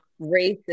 Racist